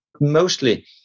Mostly